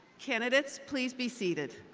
candidates, please be seated.